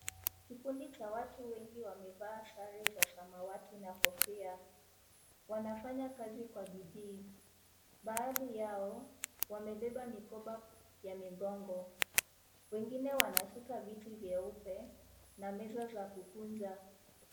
Kikundi cha watu wengi wamevaa sare za rangi ya samawati na kofia, wanafanya kazi kwa bidii, baadhi yao wamebeba mikoba ya migongo, wengine wanashika viti vyeupe na meza za kukunja.